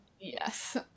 Yes